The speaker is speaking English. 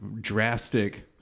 drastic